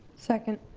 second.